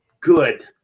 good